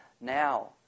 now